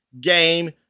game